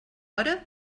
hora